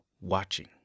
watching